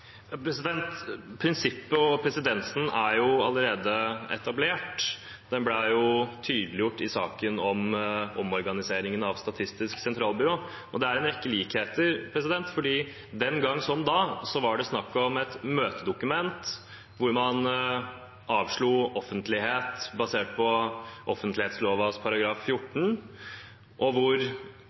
Prinsippet og presedensen er jo allerede etablert. Det ble tydeliggjort i saken om omorganiseringen av Statistisk sentralbyrå, og det er en rekke likheter, for da – som denne gangen – var det snakk om et møtedokument der man avslo offentlighet basert på offentlighetsloven § 14, og